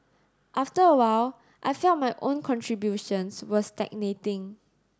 after a while I felt my own contributions were stagnating